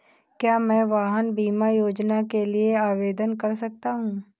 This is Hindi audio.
क्या मैं वाहन बीमा योजना के लिए आवेदन कर सकता हूँ?